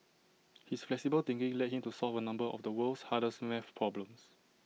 his flexible thinking led him to solve A number of the world's hardest math problems